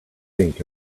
think